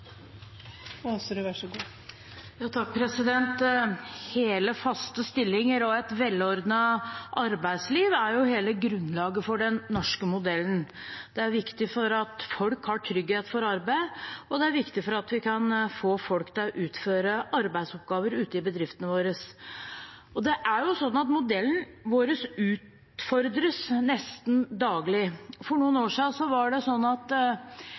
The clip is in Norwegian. hele grunnlaget for den norske modellen. Det er viktig for at folk har trygghet for arbeid, og det er viktig for at vi kan få folk til å utføre arbeidsoppgaver ute i bedriftene våre. Modellen vår utfordres nesten daglig. For noen år siden var det en stor bedrift på Vestlandet som vant Nav-anbudet for å ha tiltak for arbeidsledige, og de utlyste etter folk på Navs hjemmesider. Da sto det en jobbeskrivelse der sånn